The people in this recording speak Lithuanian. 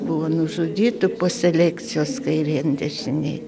buvo nužudyta po selekcijos kairėn dešinėn